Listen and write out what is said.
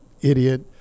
idiot